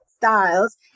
styles